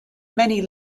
many